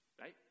right